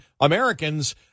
Americans